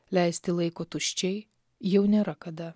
leisti laiko tuščiai jau nėra kada